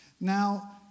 Now